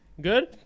Good